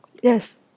Yes